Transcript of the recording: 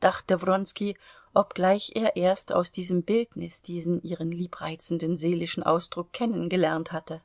dachte wronski obgleich er erst aus diesem bildnis diesen ihren liebreizenden seelischen ausdruck kennengelernt hatte